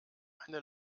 eine